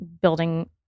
building